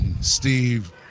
Steve